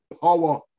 power